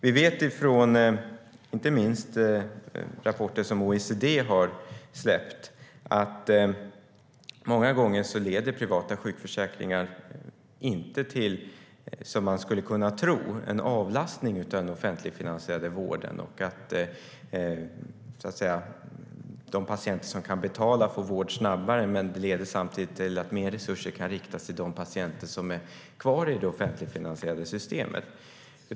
Vi vet inte minst från rapporter som OECD har släppt att privata sjukförsäkringar många gånger inte, som man skulle kunna tro, leder till en avlastning av den offentligfinansierade vården, att de patienter som kan betala får vård snabbare men att det samtidigt leder till att mer resurser kan riktas till de patienter som är kvar i det offentligfinansierade systemet.